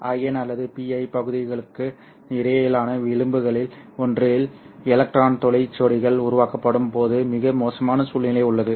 IN அல்லது PI பகுதிகளுக்கு இடையிலான விளிம்புகளில் ஒன்றில் எலக்ட்ரான் துளை ஜோடிகள் உருவாக்கப்படும் போது மிக மோசமான சூழ்நிலை உள்ளது